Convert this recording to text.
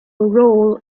role